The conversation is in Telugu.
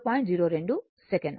02 సెకను సరియైనది